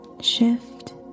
shift